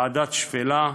ועדת שפלה,